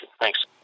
thanks